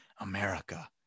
America